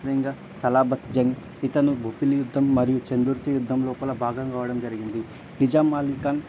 ఇంకా సలాబర్త్ జంగ్ ఇతను బొబ్బిలి యుద్ధం మరియు చెందుర్తి యుద్ధం లోపల భాగం కావడం జరిగింది నిజాం అలీ ఖాన్